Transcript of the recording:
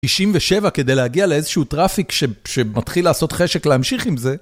97 כדי להגיע לאיזשהו טראפיק שמתחיל לעשות חשק להמשיך עם זה.